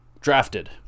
drafted